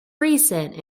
recent